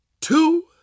two